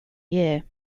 year